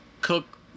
cook